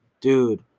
dude